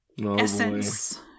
essence